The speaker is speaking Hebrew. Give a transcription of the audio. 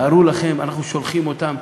תארו לכם, אנחנו שולחים אותם